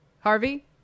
Harvey